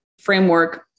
framework